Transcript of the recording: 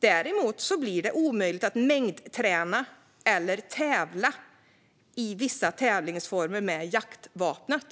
Däremot gör man det omöjligt att mängdträna eller tävla i vissa tävlingsformer med jaktvapnet.